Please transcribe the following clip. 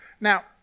Now